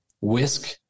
whisk